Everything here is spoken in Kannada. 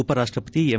ಉಪರಾಷ್ಟ್ರಪತಿ ಎಂ